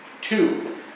Two